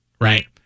right